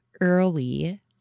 early